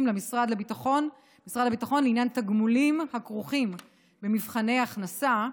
למשרד הביטחון לעניין תגמולים הכרוכים במבחני הכנסה.